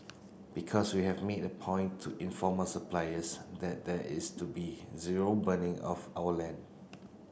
because we have made a point to inform our suppliers that there is to be zero burning of our land